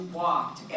walked